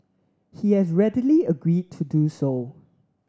he has readily agreed to do so